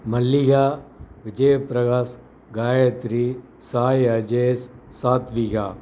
Mallika Vijayaprakash Gayathri Sai Ajesh Sathvika